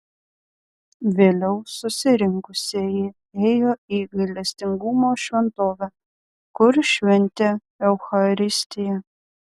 vėliau susirinkusieji ėjo į gailestingumo šventovę kur šventė eucharistiją